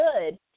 good